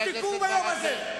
כהניסטים ישתקו ביום הזה.